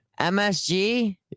MSG